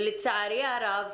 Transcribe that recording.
לצערי הרב,